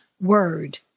word